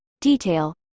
detail